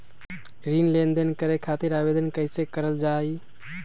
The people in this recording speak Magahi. ऋण लेनदेन करे खातीर आवेदन कइसे करल जाई?